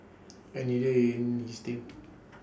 and neither in his team